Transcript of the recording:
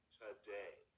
today